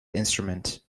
instrument